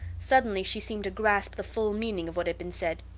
suddenly she seemed to grasp the full meaning of what had been said.